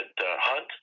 hunt